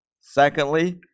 Secondly